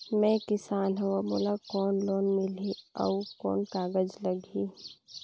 मैं किसान हव मोला कौन लोन मिलही? अउ कौन कागज लगही?